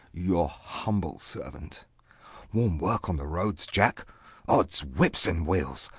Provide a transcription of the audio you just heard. your humble servant warm work on the roads, jack odds whips and wheels!